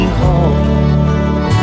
home